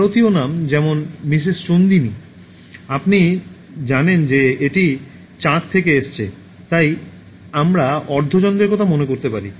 ভারতীয় নাম যেমন মিসেস চন্দিনী আপনি জানেন যে এটি চাঁদ থেকে এসেছে তাই আমরা অর্ধচন্দ্রের কথা মনে করতে পারি